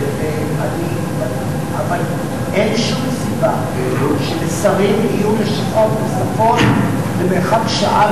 אבל אין שום סיבה שלשרים יהיו לשכות נוספות במרחק שעה